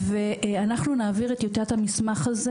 ואנחנו נעביר את טיוטת המסמך הזה